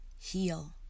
heal